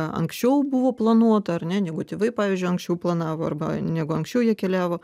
anksčiau buvo planuota ar ne negu tėvai pavyzdžiui anksčiau planavo arba negu anksčiau jie keliavo